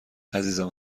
عزیزم